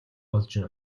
олж